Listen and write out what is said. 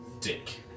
dick